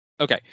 okay